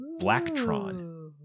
blacktron